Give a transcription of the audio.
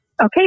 Okay